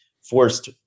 forced